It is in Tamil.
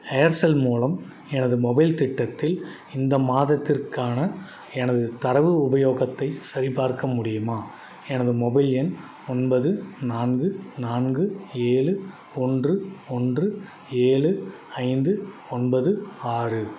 ஏர்செல் மூலம் எனது மொபைல் திட்டத்தில் இந்த மாதத்திற்கான எனதுத் தரவு உபயோகத்தைச் சரிபார்க்க முடியுமா எனது மொபைல் எண் ஒன்பது நான்கு நான்கு ஏழு ஒன்று ஒன்று ஏழு ஐந்து ஒன்பது ஆறு